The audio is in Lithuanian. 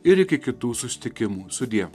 ir iki kitų susitikimų sudie